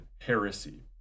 heresy